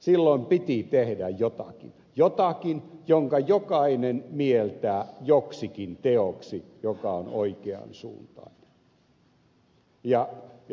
silloin piti tehdä jotakin jotakin jonka jokainen mieltää joksikin teoksi joka on oikean suuntainen